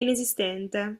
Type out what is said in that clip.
inesistente